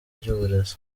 ry’uburezi